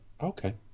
Okay